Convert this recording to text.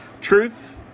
Truth